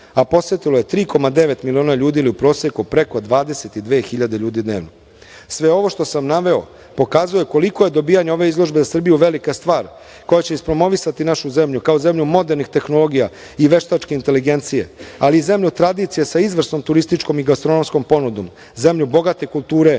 a posetilo je 3,9 miliona ljudi ili u proseku preko 22 hiljade ljudi dnevno. Sve ovo što sam naveo pokazuje koliko je dobijanje ove izložbe za Srbiju velika stvar, a koja će ispromovisati našu zemlju, kao zemlju modernih tehnologija i veštačke inteligencije, ali zemlju tradicije sa izvrsnom turističkom i gastronomskom ponudom, zemlju bogate kulture,